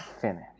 finish